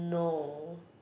no